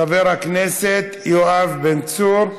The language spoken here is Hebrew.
חבר הכנסת יואב בן צור.